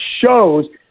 shows